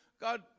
God